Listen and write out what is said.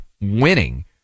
winning